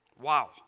Wow